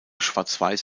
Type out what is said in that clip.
schwarzweiß